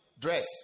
dress